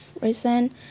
recent